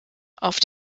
auf